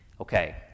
Okay